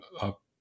up